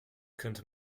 könnte